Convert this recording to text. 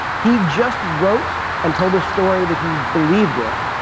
he just wrote and told a story that he believed in,